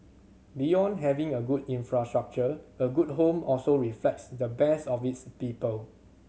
beyond having a good infrastructure a good home also reflects the best of its people